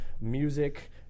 music